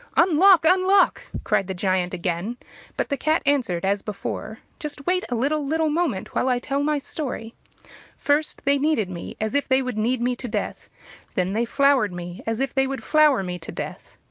unlock! ah unlock! cried the giant again but the cat answered as before just wait a little, little moment while i tell my story first they kneaded me as if they would knead me to death then they floured me as if they would flour me to death.